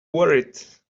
worried